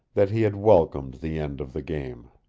that he had welcomed the end of the game.